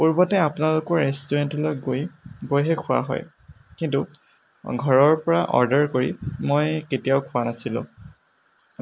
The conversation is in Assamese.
পূৰ্বতে আপোনালোকৰ ৰেষ্টোৰেণ্টলৈ গৈ গৈহে খোৱা হয় কিন্তু ঘৰৰ পৰা অৰ্ডাৰ কৰি মই কেতিয়াও খোৱা নাছিলোঁ